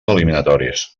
eliminatoris